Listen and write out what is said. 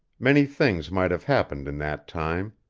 many things might have happened in that time.